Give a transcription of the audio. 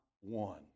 one